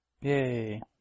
Yay